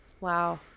wow